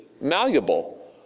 malleable